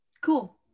Cool